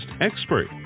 expert